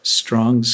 strong